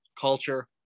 culture